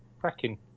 cracking